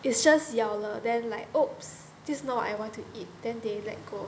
it's just 咬了 then like !oops! this not I want to eat then they let go